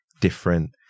different